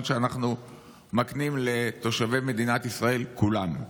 שאנחנו מקנים לתושבי מדינת ישראל כולם.